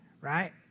right